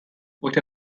with